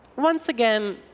once again,